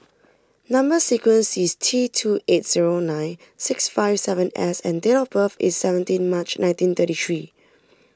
Number Sequence is T two eight zero nine six five seven S and date of birth is seventeen March nineteen thirty three